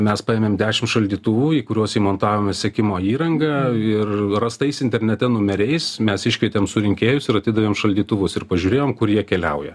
mes paėmėm dešim šaldytuvų į kuriuos įmontavome sekimo įranga ir rastais internete numeriais mes iškvietėm surinkėjus ir atidavėm šaldytuvus ir pažiūrėjom kur jie keliauja